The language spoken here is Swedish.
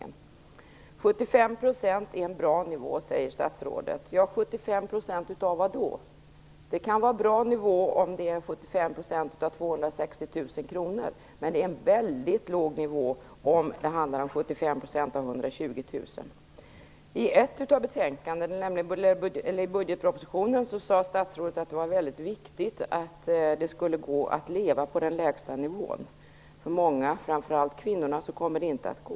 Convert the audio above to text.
Statsrådet säger att 75 % är en bra nivå. Ja, 75 % av vad? 75 % av 260 000 kr kan vara en bra nivå, men 75 % av 120 000 kr är en väldigt låg nivå. I budgetpropositionen sade statsrådet att det är mycket viktigt att det skall gå att leva på den lägsta nivån. För många, framför allt kvinnorna, kommer det inte att gå.